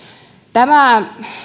tämä